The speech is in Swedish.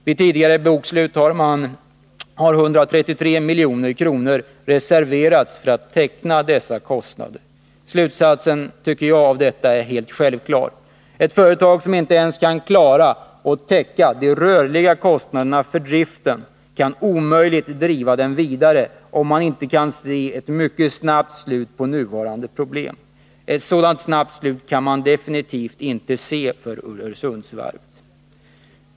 Vid tidigare bokslut har 133 milj.kr. reserverats för att täcka angivna kostnader. Slutsatsen är helt självklar. Ett företag som inte ens kan klara att täcka de rörliga kostnaderna för driften kan omöjligt driva verksamheten vidare, om man inte kan se ett mycket snart slut på nuvarande problem. Ett sådant snart slut kan man definitivt inte se för Öresundsvarvet.